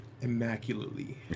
immaculately